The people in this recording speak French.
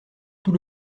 tout